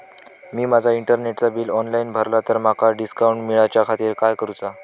मी माजा इंटरनेटचा bill online भरला तर माका डिस्काउंट मिलाच्या खातीर काय करुचा?